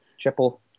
triple